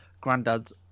granddad's